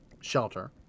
shelter